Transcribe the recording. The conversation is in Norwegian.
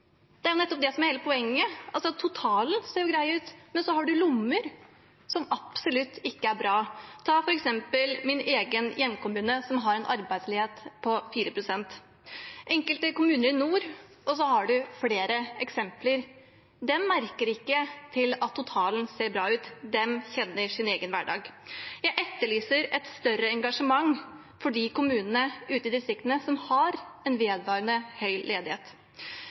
Det er jo nettopp det som er hele poenget, at totalen ser grei ut, men at det er lommer som absolutt ikke er bra. Ta f.eks. min egen hjemkommune, som har en arbeidsledighet på 4 pst., enkelte kommuner i nord og flere andre eksempler. De merker ikke at totalen ser bra ut – de kjenner sin egen hverdag. Jeg etterlyser et større engasjement for de kommunene ute i distriktene som har en vedvarende høy ledighet.